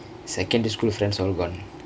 secondary school friends all gone